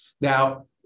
Now